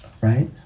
right